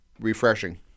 refreshing